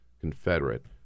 Confederate